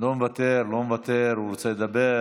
לא מוותר, לא מוותר, הוא רוצה לדבר.